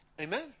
Amen